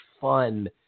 fun